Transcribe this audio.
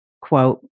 quote